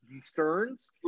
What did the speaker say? Stearns